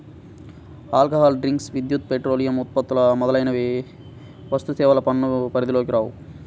alcohol drinks, విద్యుత్, petroleum ఉత్పత్తులు మొదలైనవి వస్తుసేవల పన్ను పరిధిలోకి రావు